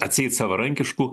atseit savarankiškų